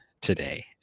today